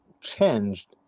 changed